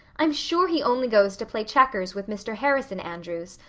i'm sure he only goes to play checkers with mr. harrison andrews,